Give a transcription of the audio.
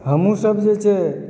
हमहुँ सब जे छै